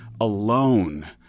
alone